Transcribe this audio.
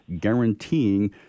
guaranteeing